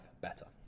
better